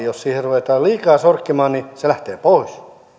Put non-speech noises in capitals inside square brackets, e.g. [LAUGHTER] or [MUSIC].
[UNINTELLIGIBLE] jos sitä ruvetaan liikaa sorkkimaan niin se lähtee pois